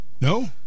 No